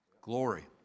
Glory